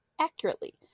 accurately